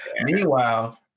Meanwhile